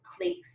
clicks